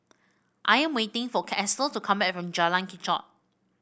I am waiting for Estel to come back from Jalan Kechot